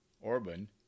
Orban